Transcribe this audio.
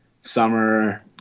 summer